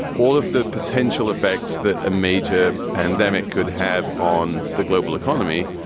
all of the potential effects that a major pandemic could have on the global economy?